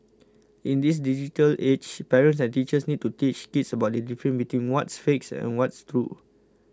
in this digital age parents and teachers need to teach kids about the difference between what's fake and what's true